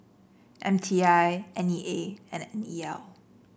M T I N E A and N E L